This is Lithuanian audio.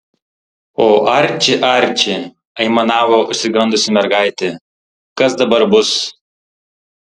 o arči arči aimanavo išsigandusi mergaitė kas dabar bus